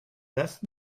best